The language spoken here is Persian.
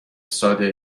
ساده